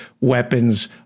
weapons